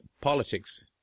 politics